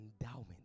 endowment